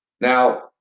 now